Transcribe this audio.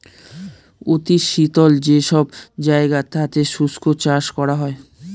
অতি শীতল যে সব জায়গা তাতে শুষ্ক চাষ করা হয়